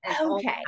Okay